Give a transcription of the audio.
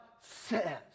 says